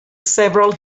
several